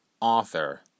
author